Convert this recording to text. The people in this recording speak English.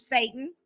Satan